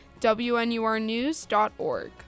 wnurnews.org